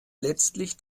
letztlich